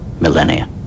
millennia